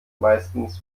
meistens